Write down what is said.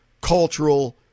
cultural